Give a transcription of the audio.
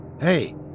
Hey